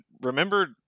remember